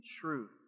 truth